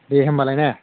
दे होनबालाय ना